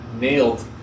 nailed